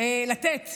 לתת